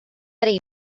arī